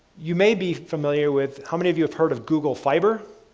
you may be familiar with, how many of you have heard of google fiber?